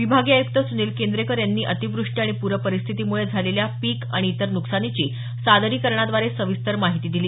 विभागीय आयुक्त सुनील केंद्रेकर यांनी अतिवृष्टी आणि पुरपरिस्थीतीमुळे झालेल्या पिकं आणि इतर नुकसानीची सादरीकरणाद्वारे सविस्तर माहिती दिली